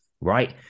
right